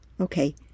Okay